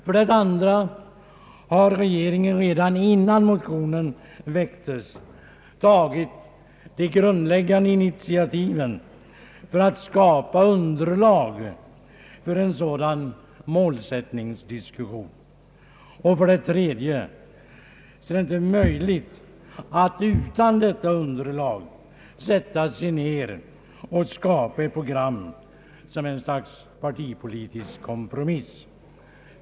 För det andra har regeringen, redan innan motionen väcktes, tagit de grundläggande initiativen för att skapa underlag för en sådan målsättningsdiskussion. För det tredje är det inte möjligt att utan detta underlag sätta sig ned och skapa ett program som ett slags partipolitisk kompromiss.